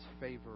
favor